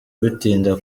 bitinda